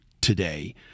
today